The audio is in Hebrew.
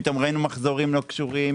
פתאום ראינו מחזורים לא קשורים,